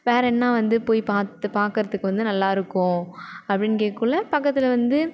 வேற என்ன வந்து போய் பார்த்து பார்க்கறத்துக்கு வந்து நல்லா இருக்கும் அப்படின்னு கேட்ககுள்ள பக்கத்தில் வந்து